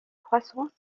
croissance